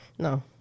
No